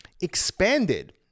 expanded